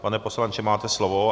Pane poslanče, máte slovo.